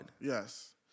Yes